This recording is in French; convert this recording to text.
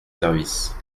service